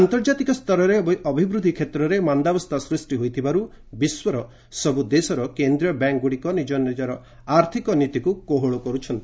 ଆନ୍ତର୍ଜାତିକ ସ୍ତରରେ ଅଭିବୃଦ୍ଧି କ୍ଷେତ୍ରରେ ମାନ୍ଦାବସ୍ଥା ସୃଷ୍ଟି ହୋଇଥିବାର୍ତ ବିଶ୍ୱର ସବ୍ ଦେଶର କେନ୍ଦ୍ରୀୟ ବ୍ୟାଙ୍କ୍ଗ୍ରଡ଼ିକ ନିଜର ଆର୍ଥକ ନୀତିକ୍ କୋହଳ କର୍ରଛନ୍ତି